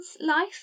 life